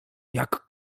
jak